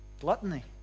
gluttony